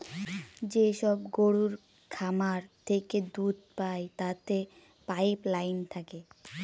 যেসব গরুর খামার থেকে দুধ পায় তাতে পাইপ লাইন থাকে